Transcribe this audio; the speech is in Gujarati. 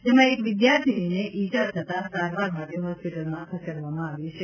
જેમાં એક વિદ્યાર્થીનીને ઈજા થતા સારવાર માટે હોસ્પિટલમાં ખસેડવામાં આવી છે